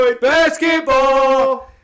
basketball